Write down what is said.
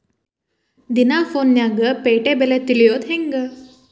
ದಿನಾ ಫೋನ್ಯಾಗ್ ಪೇಟೆ ಬೆಲೆ ತಿಳಿಯೋದ್ ಹೆಂಗ್?